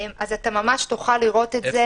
אתה ממש תוכל לראות את זה.